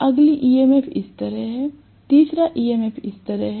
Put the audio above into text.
अगली EMF इस तरह है तीसरा EMF इस तरह है